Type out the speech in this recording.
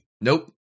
Nope